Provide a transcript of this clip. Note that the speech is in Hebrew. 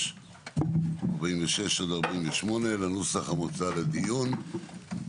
ו-46(48, לנוסח המוצע לדיון.